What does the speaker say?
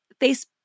Facebook